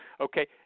Okay